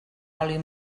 oli